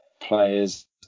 players